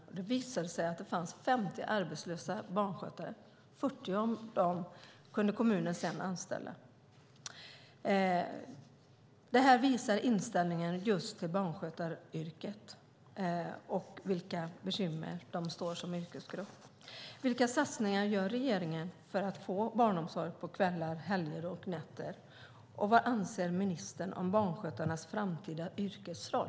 Det visade sig att det fanns 50 arbetslösa barnskötare. 40 av dem kunde kommunen sedan anställa. Detta visar inställningen just till barnskötaryrket och vilka bekymmer denna yrkesgrupp har. Vilka satsningar gör regeringen för att få barnomsorg på kvällar, helger och nätter, och vad anser ministern om barnskötarnas framtida yrkesroll?